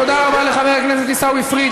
תודה רבה לחבר הכנסת עיסאווי פריג'.